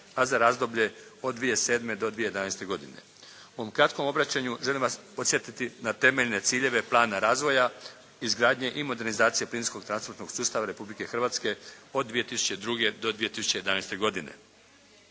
a za razdoblje od 2007. do 2011. godine. U ovom kratkom obraćanju želim vas podsjetiti na temeljne ciljeve plana razvoja izgradnje i modernizacije plinskog transportnog sustava Republike Hrvatske od 2002. do 2011. godine.